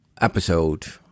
episode